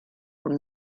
were